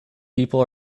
people